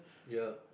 yup